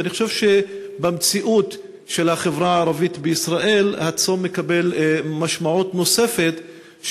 ואני חושב שבמציאות של החברה הערבית בישראל הצום מקבל משמעות נוספת,